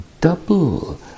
double